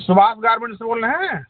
Subhash garments से बोल रहें